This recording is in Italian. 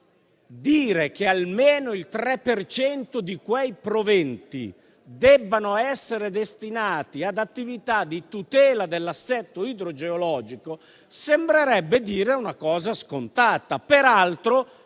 Dire che almeno il 3 per cento di quei proventi debbano essere destinati ad attività di tutela dell'assetto idrogeologico sembrerebbe una cosa scontata.